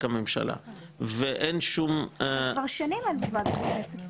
הממשלה --- אבל כבר שנים אין בוועדת הכנסת פטורים.